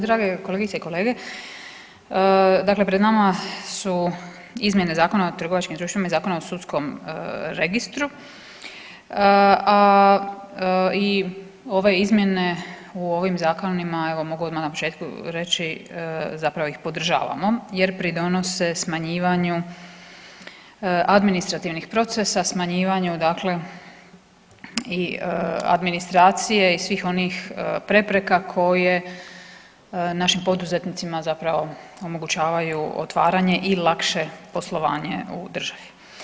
Drage kolegice i kolege, dakle pred nama su izmjene Zakona o trgovačkim društvima i Zakona o sudskom registru, a i ove izmjene u ovim zakonima evo mogu odmah na početku reći zapravo ih podržavamo jer pridonose smanjivanju administrativnih procesa, smanjivanju dakle i administracije i svih onih prepreka koje našim poduzetnicima zapravo omogućavaju otvaranje i lakše poslovanje u državi.